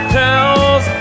tells